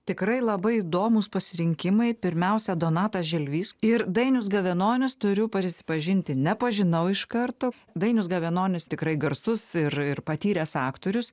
tikrai labai įdomūs pasirinkimai pirmiausia donatas želvys ir dainius gavenonis turiu prisipažinti nepažinau iš karto dainius gavenonis tikrai garsus ir ir patyręs aktorius